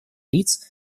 лиц